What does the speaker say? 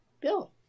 bill